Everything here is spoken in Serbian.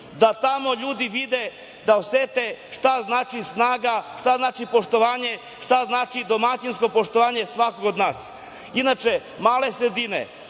da tamo ljudi vide, da osete šta znači snaga, šta znači poštovanje, šta znači domaćinsko poštovanje svakog od nas. Inače, male sredine,